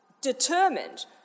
determined